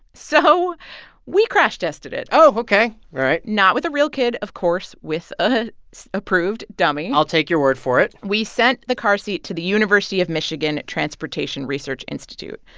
so we crash tested it. oh, ok. all right. not with a real kid, of course with a approved dummy i'll take your word for it we sent the car seat to the university of michigan transportation research institute.